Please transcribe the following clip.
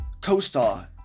co-star